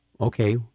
Okay